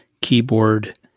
keyboard